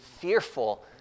fearful